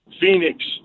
Phoenix